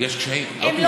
מה?